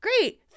Great